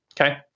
Okay